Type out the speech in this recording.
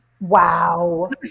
Wow